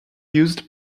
used